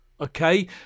Okay